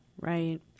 Right